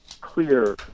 clear